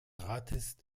rates